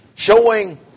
Showing